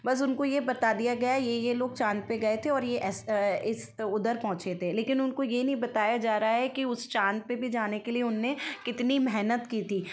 बस उनको यह बता दिया गया ये ये लोग चाँद पे गए थे और ये ऐसे इस उधर पहुँचे थे लेकिन उनको यह नहीं बताया जा रहा है उस चाँद पर भी जाने के लिए भी उनने कितनी मेहनत की थी